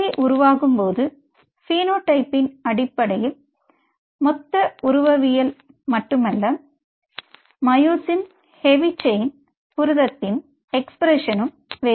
தசை உருவாகும்போது பினோடைப்பின் அடிப்படையில் மொத்த உருவவியல் மட்டுமல்ல மயோசின் ஹெவி செயின் புரதத்தின் எஸ்பிரஸ்ஸன் வேறுபடும்